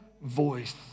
voice